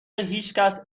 هیچکس